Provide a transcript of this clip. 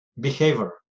behavior